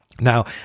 Now